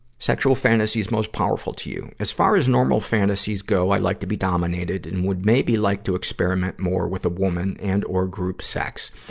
sexual fantasies most powerful to you as far as normal fantasies go, i like to be dominated and would maybe like to experiment more with a woman and or group sex.